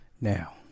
now